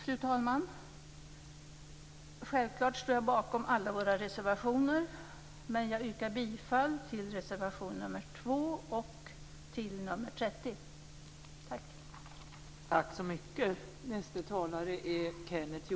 Till sist: Självfallet står jag bakom alla våra reservationer, men jag yrkar bifall endast till reservationerna nr 2 och 30.